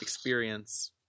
experience